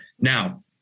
now